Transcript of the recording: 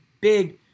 big